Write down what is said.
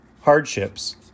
hardships